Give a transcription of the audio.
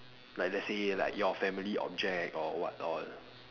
like let's say like your family object or what all